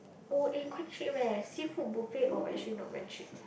oh eh quite cheap eh seafood buffet oh actually not very cheap